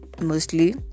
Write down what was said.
mostly